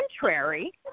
contrary